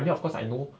I mean of course I know